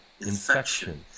Infection